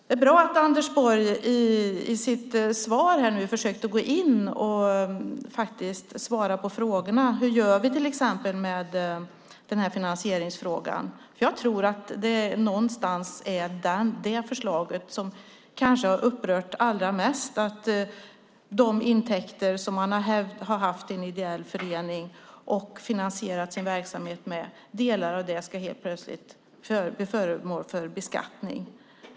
Det är bra att Anders Borg i sitt svar här nu försöker gå in och faktiskt svara på hur vi gör med till exempel finansieringsfrågan. Jag tror att det är det förslaget som har upprört allra mest, att delar av de intäkter som man har haft i en ideell förening och finansierat sin verksamhet med helt plötsligt ska bli föremål för beskattning.